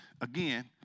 Again